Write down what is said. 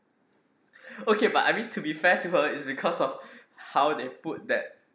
okay but I mean to be fair to her is because of how they put that